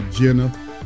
Jenna